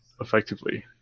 effectively